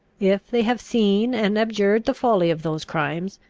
if they have seen and abjured the folly of those crimes,